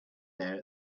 there